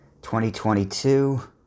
2022